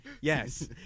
Yes